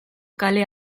kale